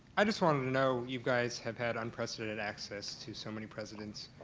i just wanted to know you guys have had unprecedented access to so many presidents,